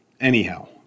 Anyhow